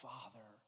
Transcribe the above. Father